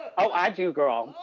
i do girl,